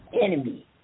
enemy